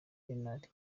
bernard